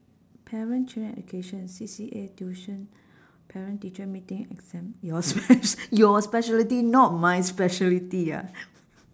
parent children and education C_C_A tuition parent teacher meeting exam your sp~ your specialty not my specialty ah